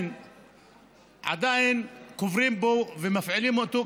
ועדיין קוברים בו ומפעילים אותו,